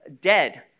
dead